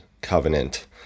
covenant